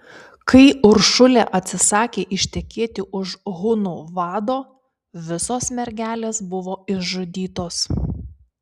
kai uršulė atsisakė ištekėti už hunų vado visos mergelės buvo išžudytos